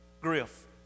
Griff